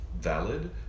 valid